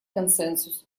консенсус